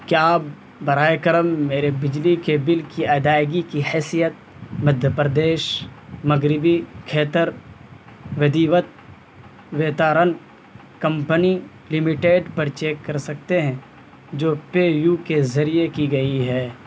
کیا آپ براہ کرم میرے بجلی کے بل کی ادائیگی کی حیثیت مدھیہ پردیش مغربی کھیتر ودیوت ویتارن کمپنی لمیٹڈ پر چیک کر سکتے ہیں جو پے یو کے ذریعے کی گئی ہے